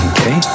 Okay